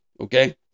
Okay